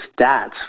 stats